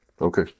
okay